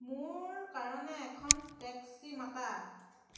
মোৰ কাৰণে এখন টেক্সি মাতা